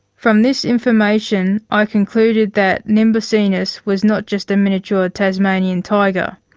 from this information i concluded that nimbacinus was not just a miniature tasmanian tiger,